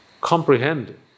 comprehend